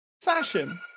Fashion